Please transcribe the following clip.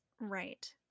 Right